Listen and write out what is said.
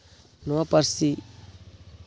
ᱱᱚᱣᱟ ᱯᱟᱹᱨᱥᱤ